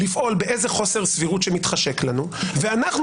לפעול באיזה חוסר סבירות שמתחשק לנו ואנחנו